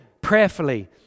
prayerfully